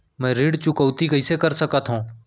मैं ऋण चुकौती कइसे कर सकथव?